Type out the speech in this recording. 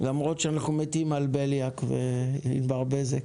למרות שאנחנו מתים על בליאק וענבר בזק.